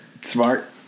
Smart